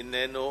איננו.